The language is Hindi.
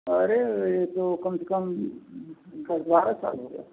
अरे यह तो कम से कम दस बारह साल हो गया